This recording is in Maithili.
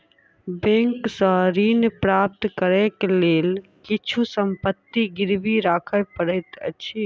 बैंक सॅ ऋण प्राप्त करै के लेल किछु संपत्ति गिरवी राख पड़ैत अछि